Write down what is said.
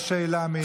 יש שאלה.